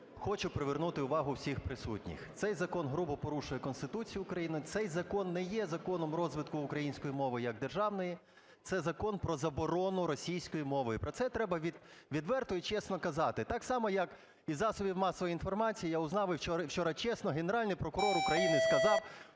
хочу привернути увагу всіх присутніх. Цей закон грубо порушує Конституцію України. Цей закон не є законом розвитку української мови як державної. Це закон про заборону російської мови. І про це треба відверто і чесно казати. Так само, як із засобів масової інформації я узнав, і вчора чесно Генеральний прокурор України сказав,